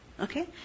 Okay